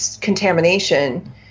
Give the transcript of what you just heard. contamination